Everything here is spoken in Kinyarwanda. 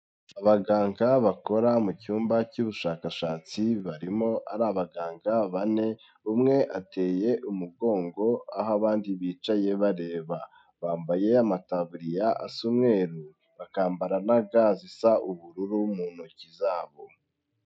Abaganga bakora mu cyumba cy'ubushakashatsi barimo ari abaganga bane, umwe ateye umugongo aho abandi bicaye bareba, bambaye amataburiya asa umweru, bakambara na ga zisa ubururu mu ntoki zabo.